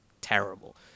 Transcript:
terrible